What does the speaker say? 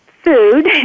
food